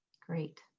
Great